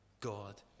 God